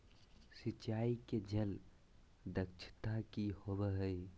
सिंचाई के जल दक्षता कि होवय हैय?